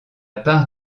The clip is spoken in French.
part